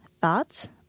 thoughts